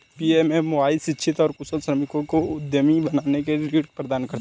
PMMY शिक्षित और कुशल श्रमिकों को उद्यमी बनने के लिए ऋण प्रदान करता है